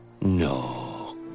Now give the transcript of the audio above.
No